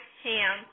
ham